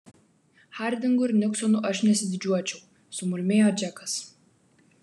hardingu ir niksonu aš nesididžiuočiau sumurmėjo džekas